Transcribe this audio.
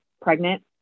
pregnant